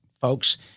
folks